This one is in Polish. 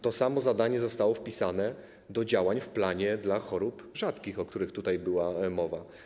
To samo zadanie zostało wpisane do działań w Planie dla Chorób Rzadkich, o którym tutaj była mowa.